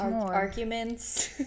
arguments